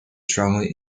strongly